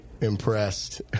impressed